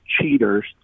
cheaters